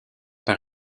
par